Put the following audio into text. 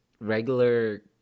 regular